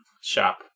shop